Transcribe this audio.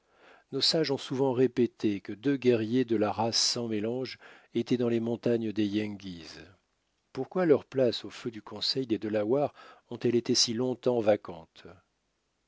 nos sages ont souvent répété que deux guerriers de la race sans mélange étaient dans les montagnes des yengeese pourquoi leurs places au feu du conseil des delawares ont-elles été si longtemps vacantes